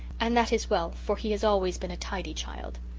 and that is well, for he has always been a tidy child.